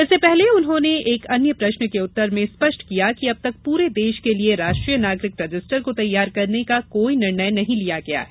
इससे पहले उन्होंने एक अन्य प्रश्न के उत्तर में स्पष्ट किया कि अब तक पूरे देश के लिए राष्ट्रीय नागरिक रजिस्टर को तैयार करने का कोई निर्णय नहीं लिया गया है